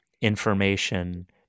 information